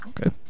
Okay